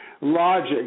logic